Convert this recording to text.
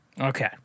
okay